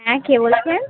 হ্যাঁ কে বলছেন